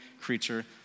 creature